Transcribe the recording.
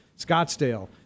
Scottsdale